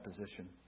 position